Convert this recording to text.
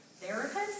therapist